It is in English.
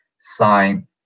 sign